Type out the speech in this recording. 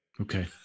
Okay